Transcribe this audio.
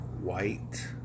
White